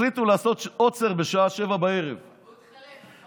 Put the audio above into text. החליטו לעשות עוצר בשעה 19:00. הוא התחלף,